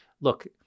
Look